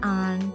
on